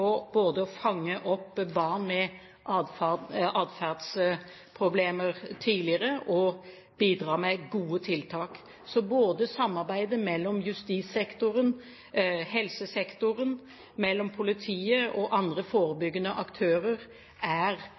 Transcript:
både å fange opp barn med atferdsproblemer tidligere og bidra med gode tiltak. Så samarbeidet mellom justissektoren og helsesektoren, mellom politiet og andre forebyggende aktører er